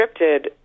scripted